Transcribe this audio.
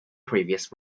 previous